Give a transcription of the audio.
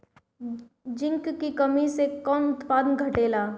Zinc की कमी से का उत्पादन घटेला?